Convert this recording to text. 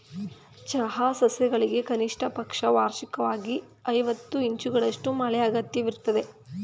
ಚಹಾ ಸಸ್ಯಗಳಿಗೆ ಕನಿಷ್ಟಪಕ್ಷ ವಾರ್ಷಿಕ್ವಾಗಿ ಐವತ್ತು ಇಂಚುಗಳಷ್ಟು ಮಳೆ ಅಗತ್ಯವಿರ್ತದೆ